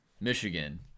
Michigan